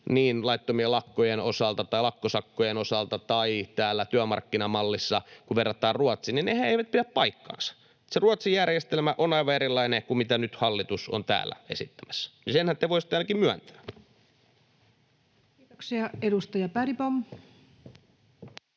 laittomien lakkojen osalta tai lakkosakkojen osalta, tai kun työmarkkinamallia verrataan Ruotsiin, eivät pidä paikkaansa. Se Ruotsin järjestelmä on aivan erilainen kuin mitä nyt hallitus on täällä esittämässä, ja senhän te voisitte ainakin myöntää. [Speech 377] Speaker: